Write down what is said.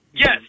Yes